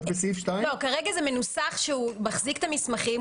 כרגע זה מנוסח כך שהוא מחזיק את המסמכים,